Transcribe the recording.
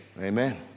Amen